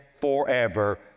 forever